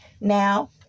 Now